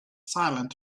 silent